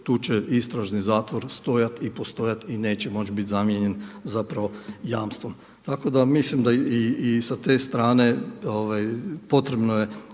tu će istražni zatvor stajati i postojati i neće moći biti zamijenjen zapravo jamstvom. Tako da mislim da i sa te strane potrebno je